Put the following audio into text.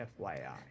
FYI